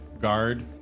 guard